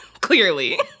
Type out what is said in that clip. clearly